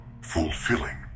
fulfilling